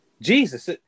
Jesus